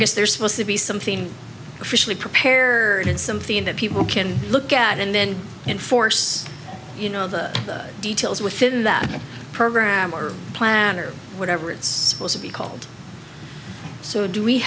guess they're supposed to be something officially prepare or something that people can look at and then enforce you know the details within that program or plan or whatever it's going to be called so do we